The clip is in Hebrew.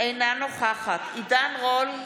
אינה נוכחת עידן רול,